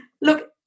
Look